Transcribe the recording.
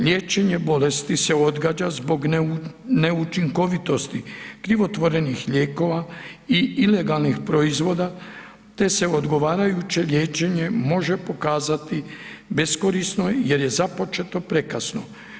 Liječenje bolesti se odgađa zbog neučinkovitosti krivotvorenih lijekova i ilegalnih proizvoda te se odgovarajuće liječenje može pokazati beskorisno jer je započeto prekasno.